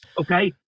Okay